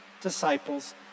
disciples